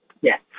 Yes